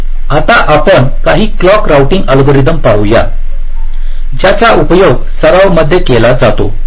तर आता आपण काही क्लॉक रोऊटिंग अल्गोरिदम पाहू या ज्याचा उपयोग सराव मध्ये केला जातो